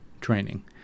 training